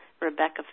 Rebecca